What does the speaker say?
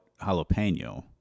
jalapeno